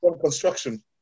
construction